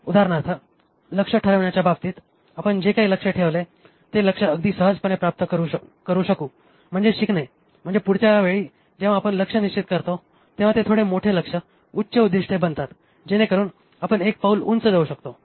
उदाहरणार्थ लक्ष्य ठरवण्याच्या बाबतीत आपण जे काही लक्ष्य ठेवले ते लक्ष्य अगदी सहजपणे प्राप्त करू शकू म्हणजे शिकणे म्हणजे पुढच्या वेळी जेव्हा आपण लक्ष्य निश्चित करतो तेव्हा ते थोडे मोठे लक्ष्य उच्च उद्दिष्टे बनतात जेणेकरुन आपण एक पाऊल उंच जाऊ शकतो